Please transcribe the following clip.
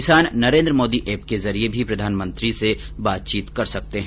किसान नरेंद्र मोदी एप के जरिए भी प्रधानमंत्री से बातचीत कर सकते है